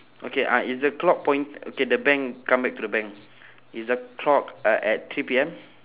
okay uh is the clock point~ okay the bank come back to the bank is the clock uh at three P_M